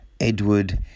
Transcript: Edward